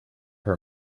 her